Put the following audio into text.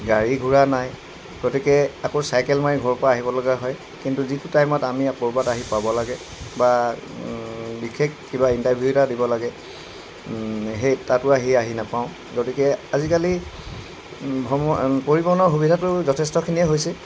গাড়ী গোৰা নাই গতিকে আকৌ চাইকেল মাৰি ঘৰৰপৰা আহিব লগা হয় কিন্তু যিটো টাইমত আমি ক'ৰবাত আহি পাব লাগে বা বিশেষ কিবা ইণ্টাৰভিউ এটা দিব লাগে সেই তাতো আহি আহি নাপাওঁ গতিকে আজিকালি পৰিবহণৰ সুবিধাটো যথেষ্টখিনিয়ে হৈছে